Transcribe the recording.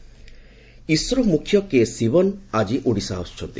କେ Sivan ISRO ମୁଖ୍ୟ କେ ଶିବନ୍ ଆଜି ଓଡ଼ିଶା ଆସୁଛନ୍ତି